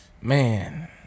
man